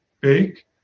bake